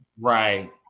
Right